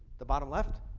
the bottom left,